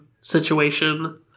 situation